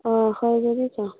ꯑꯥ ꯍꯣꯏ ꯑꯗꯨꯗꯤ ꯆꯣ